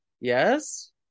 yes